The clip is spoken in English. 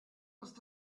must